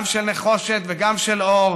גם של נחושת וגם של אור,